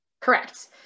Correct